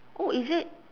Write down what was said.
oh is it